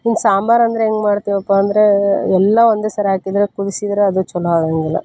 ಈ ಸಾಂಬಾರು ಅಂದರೆ ಹೆಂಗ್ ಮಾಡ್ತೀವಪ್ಪ ಅಂದರೆ ಎಲ್ಲ ಒಂದೇ ಸಾರಿ ಹಾಕಿದ್ರೆ ಕುದಿಸಿದರೆ ಅದು ಛಲೋ ಆಗೋಂಗಿಲ್ಲ